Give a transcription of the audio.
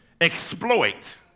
exploit